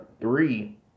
three